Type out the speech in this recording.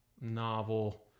novel